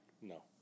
No